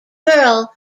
girl